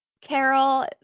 Carol